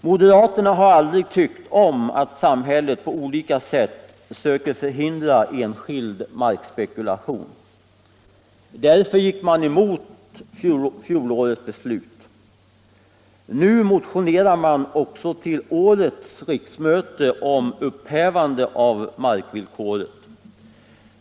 Moderaterna har aldrig tyckt om att samhället på olika sätt söker förhindra enskild markspekulation. Därför var de motståndare till det i fjol fattade beslutet. Nu har de till årets riksmöte motionerat om upphävande om markvillkoret.